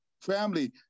Family